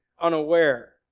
unaware